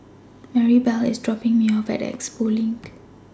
Maribel IS dropping Me off At Expo LINK